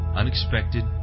unexpected